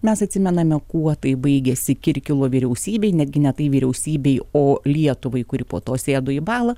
mes atsimename kuo tai baigėsi kirkilo vyriausybei netgi ne tai vyriausybei o lietuvai kuri po to sėdo į balą